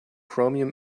chromium